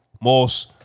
Moss